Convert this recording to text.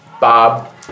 Bob